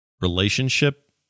relationship